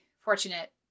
fortunate